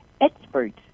experts